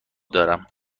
دارم